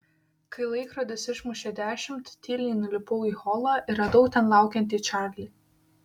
kai laikrodis išmušė dešimt tyliai nulipau į holą ir radau ten laukiantį čarlį